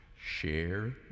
share